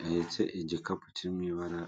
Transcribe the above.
gihetse igikapu kiri mu ibara